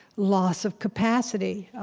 loss of capacity.